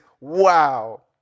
wow